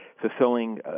fulfilling